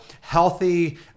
healthy